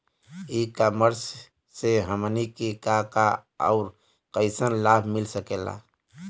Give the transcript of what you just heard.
ई कॉमर्स से हमनी के का का अउर कइसन लाभ मिल सकेला?